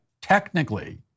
technically